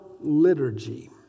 liturgy